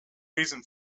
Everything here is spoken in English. reason